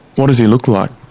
what does he look like?